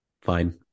fine